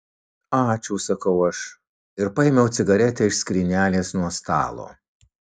ačiū sakau aš ir paėmiau cigaretę iš skrynelės nuo stalo